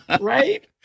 Right